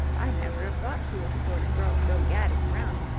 i'd never have thought she was the sort of girl to go gadding around.